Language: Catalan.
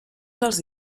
dels